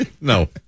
No